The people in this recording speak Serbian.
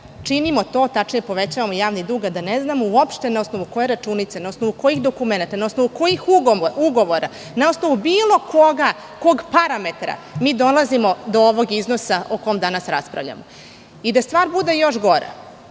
činimo to, tačnije povećavamo javni dug a da ne znamo uopšte na osnvu koje računice, na osnovu kojih dokumenata, na osnovu kojih ugovora, na osnovu bilo koga parametra mi dolazimo do ovog iznosa o kom danas raspravljamo. Da stvar bude još gora,